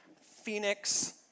Phoenix